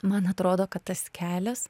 man atrodo kad tas kelias